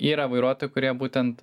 yra vairuotojų kurie būtent